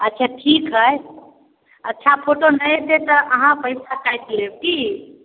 अच्छा ठीक हइ अच्छा फोटो नहि अएते तऽ अहाँ पइसा काटि लेब कि